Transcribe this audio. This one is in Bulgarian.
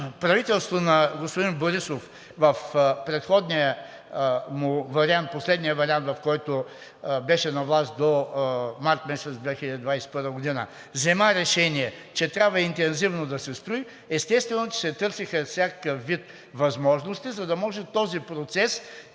правителството на господин Борисов в предходния му вариант, последния вариант, в който беше на власт, до март месец 2021 г., взе решение, че трябва интензивно да се строи, естествено, че се търсеха всякакъв вид възможности, за да може този процес да